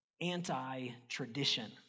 anti-tradition